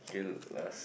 okay last eh